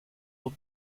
will